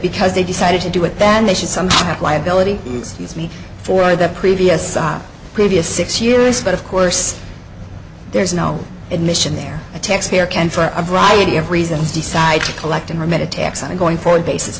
because they decided to do it then they should somehow have liability as me for the previous op previous six years but of course there's no admission there a taxpayer can for a variety of reasons decide to collect in her mid a tax on going forward basis